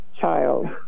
child